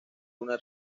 una